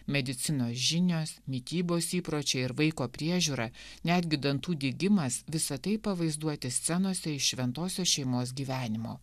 medicinos žinios mitybos įpročiai ir vaiko priežiūra netgi dantų dygimas visa tai pavaizduoti scenose iš šventosios šeimos gyvenimo